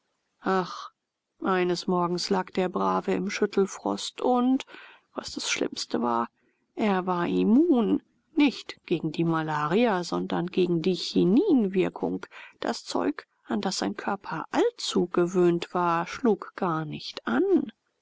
ach eines morgens lag der brave im schüttelfrost und was das schlimmste war er war immun nicht gegen die malaria sondern gegen die chininwirkung das zeug an das sein körper allzu gewöhnt war schlug gar nicht an